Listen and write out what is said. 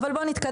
אבל בוא נתקדם,